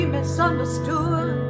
misunderstood